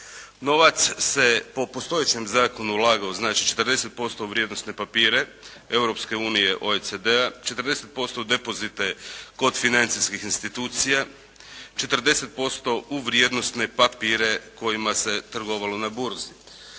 Novac se po postojećem zakonu ulagao znači 40% u vrijednosne papire, Europske unije, OECD-a, 40% depozite kod financijskih institucija, 40% u vrijednosne papire kojima se trgovalo na burzi.